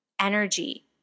energy